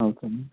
okay అండి